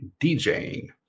DJing